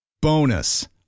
Bonus